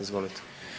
Izvolite.